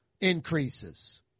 increases